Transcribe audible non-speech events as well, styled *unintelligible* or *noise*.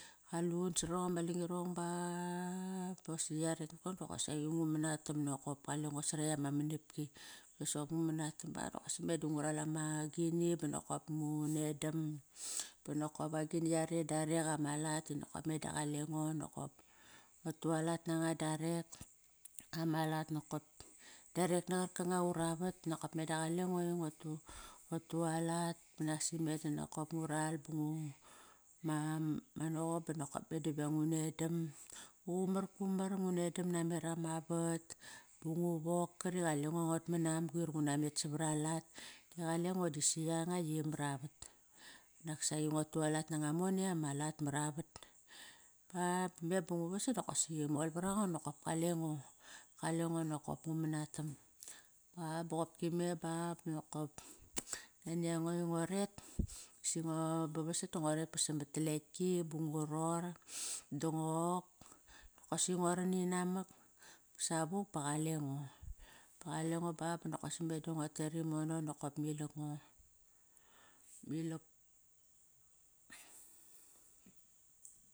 Qalut sarong ama langirong ba bosi yaret *unintelligible* nokosaqi ngu mana tam nokop kalenge sarekt ama manapki. Bosop ngu manatam ba nokosaqi meda ngu ral ama gini banokop ngu nedam, banokop agini yare darek ama lat dinokop meda qalengo nokop. Ngua tualat nango darek, ama lat nakop darek na qar kanga ura vat, nakop meda qalengi ngua tualat banasime da ngu ral ama nogam. Qumar kumar ngu nedam namer ama vat bungi wok kari qalengo nguat manam, quir nguna met savaralat. Qalengo disi yanga i maravat, naksaqi nguat tualat nanga i mone ama lat mara vat ba, ba me bungu vasat nokosi mol var ango nokop kalengo. Kalengo nokop ngu manatam ba boqopki me ba banokop nani ango ngoret singo ba vasat da ngoret ba samat raleki bungu ror dongok nokosi ngua ran inamak savuk ba qalengo. Qalengo ba ban nokop sime da nguat tet rimono nokop ma ilak ngo.